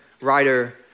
writer